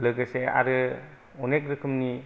लोगोसे आरो अनेक रोखोमनि